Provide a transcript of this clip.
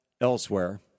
elsewhere